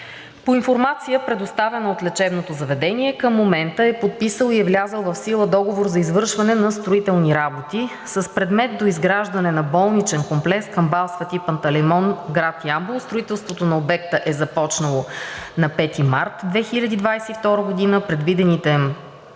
По информация, предоставена от лечебното заведение, към момента е подписан и е влязъл в сила Договор за извършване на строителни работи с предмет „Доизграждане на болничен комплекс към „МБАЛ Свети Пантелеймон – Ямбол“ АД, град Ямбол. Строителството на обекта е започнало на 5 март 2021 г., а предвидените